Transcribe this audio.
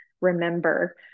remember